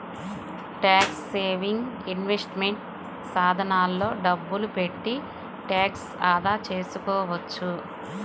tax saving investment సాధనాల్లో డబ్బులు పెట్టి ట్యాక్స్ ఆదా చేసుకోవచ్చు